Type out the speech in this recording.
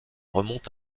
remontent